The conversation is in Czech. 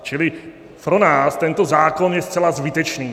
Čili pro nás tento zákon je zcela zbytečný.